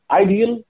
ideal